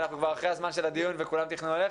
אנחנו אחרי הזמן של הדיון וכולם תכננו ללכת,